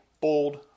bold